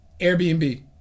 Airbnb